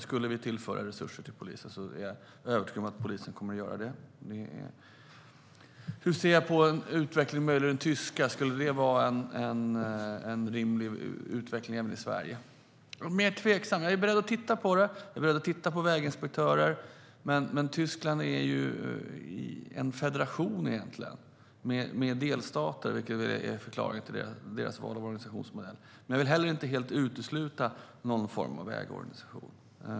Skulle vi tillföra resurser till polisen är jag övertygad om att polisen kommer att göra detta. Hur ser jag på en utveckling som den tyska; skulle det vara en rimlig utveckling även i Sverige? Där är jag mer tveksam. Jag är beredd att titta på det. Jag är beredd att titta på väginspektörer. Tyskland är dock egentligen en federation med delstater, vilket är förklaringen till deras val av organisationsmodell. Men jag vill heller inte helt utesluta någon form av vägorganisation.